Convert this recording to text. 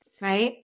right